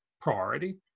priority